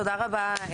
תודה רבה,